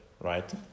right